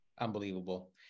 Unbelievable